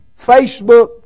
Facebook